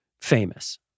Famous